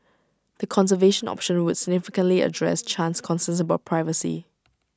the conservation option would significantly address Chan's concerns about privacy